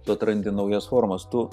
tu atrandi naujas formas tu